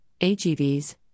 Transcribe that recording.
AGVs